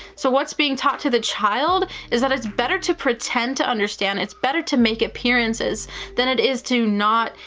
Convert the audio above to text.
so, what's being taught to the child is that it's better to pretend to understand it's better to make appearances than it is to not,